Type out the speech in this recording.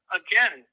again